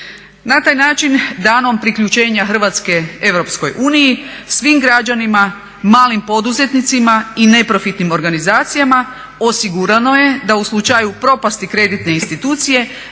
Na taj način danom priključenja Hrvatske europskoj uniji svim građanima, malim poduzetnicima i neprofitnim organizacijama osigurano je da u slučaju propasti kreditne institucije